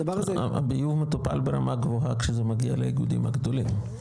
הביוב מטופל ברמה גבוהה כשזה מגיע לאיגודים הגדולים,